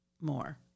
more